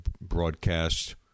broadcast